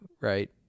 right